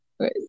right